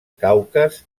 caucas